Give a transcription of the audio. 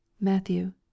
Matthew